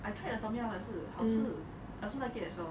I tried the tom yum 我也是好吃 I also like it as well